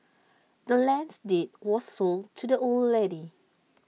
the land's deed was sold to the old lady